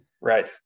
Right